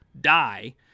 die